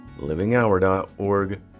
livinghour.org